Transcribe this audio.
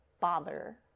bother